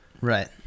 Right